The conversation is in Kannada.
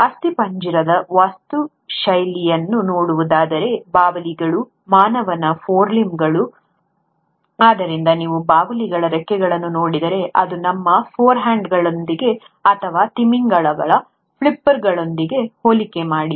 ಅಸ್ಥಿಪಂಜರದ ವಾಸ್ತುಶೈಲಿಯನ್ನು ನೋಡುವುದಾದರೆ ಬಾವಲಿಗಳು ಮಾನವನ ಫೋರ್ಲಿಂಬ್ಗಳು ಆದ್ದರಿಂದ ನೀವು ಬಾವಲಿಗಳ ರೆಕ್ಕೆಗಳನ್ನು ನೋಡಿದರೆ ಅದನ್ನು ನಮ್ಮ ಫೋರ್ಹ್ಯಾಂಡ್ಗಳೊಂದಿಗೆ ಅಥವಾ ತಿಮಿಂಗಿಲಗಳ ಫ್ಲಿಪ್ಪರ್ನೊಂದಿಗೆ ಹೋಲಿಕೆ ಮಾಡಿ